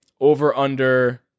Over-under